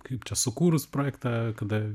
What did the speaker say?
kaip čia sukūrus projektą kada